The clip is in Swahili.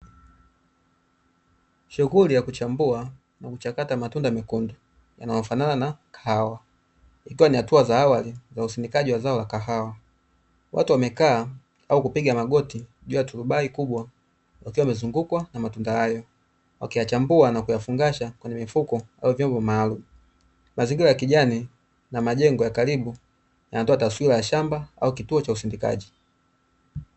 Shughuli ya kuchambua na kuchakata matunda mekundu yanayofanana na kahawa. Ikiwa na hatua za awali za usindikaji wa zao la kahawa, watu wamekaa au kupiga magoti juu ya turubai kubwa wakiwa wamezungukwa na matunda hayo wakiyachambua na kuyafungasha kwenye mifuko au vyombo maalum. Mazingira ya kijani na majengo ya karibu yanatoa taswira ya shamba au kituo cha usindikaji.